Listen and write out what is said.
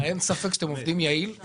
אין ספק שאתם עובדים יעיל.